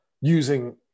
using